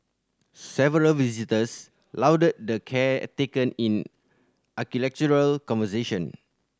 several visitors lauded the care taken in conversation